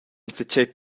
enzatgei